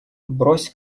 брось